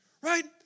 right